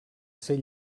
ser